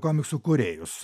komiksų kūrėjus